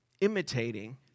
imitating